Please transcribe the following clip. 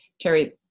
Terry